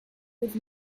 with